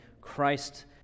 Christ